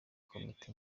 komite